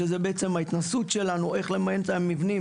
שזה בעצם ההתנסות שלנו איך למיין את המבנים